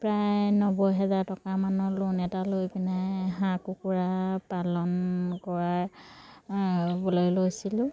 প্ৰায় নব্বৈ হাজাৰ টকামানৰ লোন এটা লৈ পিনে হাঁহ কুকুৰা পালন কৰাবলৈ লৈছিলোঁ